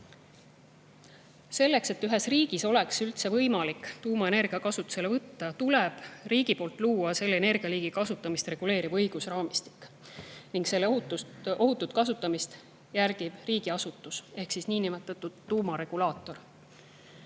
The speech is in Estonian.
lõpus. Selleks, et ühes riigis oleks üldse võimalik tuumaenergia kasutusele võtta, tuleb riigil luua seda liiki energia kasutamist reguleeriv õigusraamistik ning selle ohutut kasutamist jälgiv riigiasutus ehk niinimetatud tuumaregulaator.